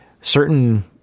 certain